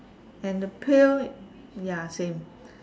and the pail ya same